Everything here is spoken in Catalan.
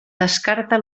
descarta